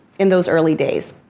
in those early days.